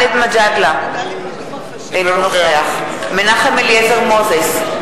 גאלב מג'אדלה, אינו נוכח מנחם אליעזר מוזס,